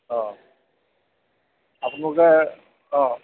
অঁ আপোনালোকে অঁ